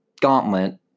gauntlet